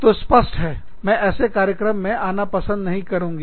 तो स्पष्ट है मैं ऐसे कार्यक्रम में आना पसंद नहीं करूँगी